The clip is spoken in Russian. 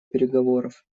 переговоров